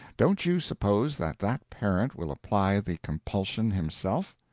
don't you suppose that that parent will apply the compulsion himself?